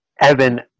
Evan